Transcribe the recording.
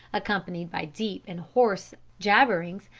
accompanied by deep and hoarse jabberings,